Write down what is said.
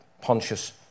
Pontius